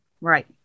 right